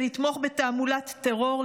לתמוך בתעמולת טרור,